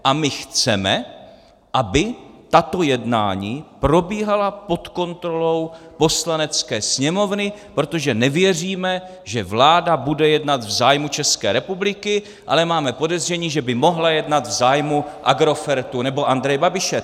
A my chceme, aby tato jednání probíhala pod kontrolou Poslanecké sněmovny, protože nevěříme, že vláda bude jednat v zájmu České republiky, ale máme podezření, že by mohla jednat v zájmu Agrofertu nebo Andreje Babiše.